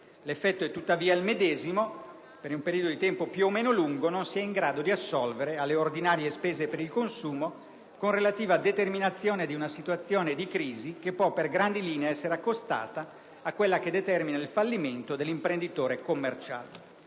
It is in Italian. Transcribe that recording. L'effetto è tuttavia il medesimo: per un periodo di tempo più o meno lungo non si è in grado di assolvere alle ordinarie spese per il consumo, con relativa determinazione di una situazione di crisi che può, per grandi linee, essere accostata a quella che determina il fallimento dell'imprenditore commerciale.